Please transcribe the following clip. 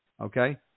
okay